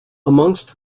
amongst